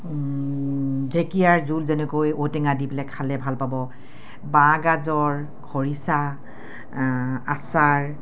ঢেকীয়াৰ জোল যেনেকৈ ঔটেঙা দি পেলাই খালে ভাল পাব বাঁহ গাজৰ খৰিচা আচাৰ